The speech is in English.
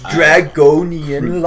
Dragonian